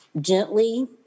gently